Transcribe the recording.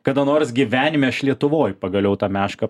kada nors gyvenime aš lietuvoj pagaliau tą mešką